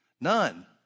None